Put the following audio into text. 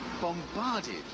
bombarded